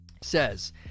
says